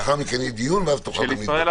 לאחר מכן יהיה דיון, ואז תוכל לדבר.